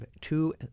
two